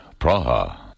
Praha